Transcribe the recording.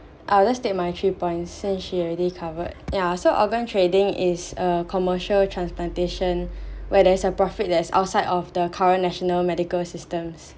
I'll just state my three point since she already covered ya so organ trading is a commercial transplantation where there is a profit that's outside of the current national medical systems